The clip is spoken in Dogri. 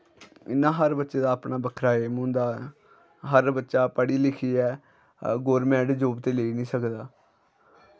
इ'यां हर बच्चे दा बक्खरा ऐम होंदा हर बच्चा पढ़ी लिखियै गौरमैंट जॉब ते लेई निं सकदा